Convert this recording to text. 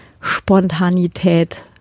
Spontanität